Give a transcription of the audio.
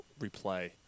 replay